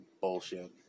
bullshit